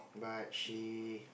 but she